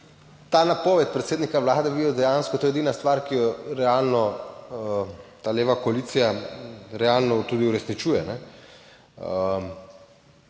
ta napoved predsednika Vlade bi bil dejansko, to je edina stvar, ki jo realno ta leva koalicija realno tudi uresničuje.